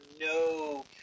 no